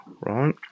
right